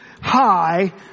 high